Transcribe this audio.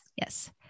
Yes